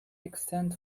extend